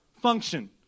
function